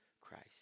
Christ